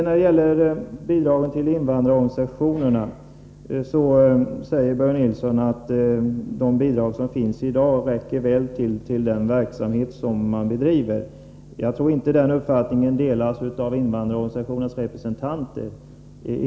När det gäller bidragen till invandrarorganisationerna säger Börje Nilsson att de bidrag som finns i dag räcker väl till för den verksamhet som bedrivs. Jag tror inte att den uppfattningen delas av invandrarorganisationernas representanter.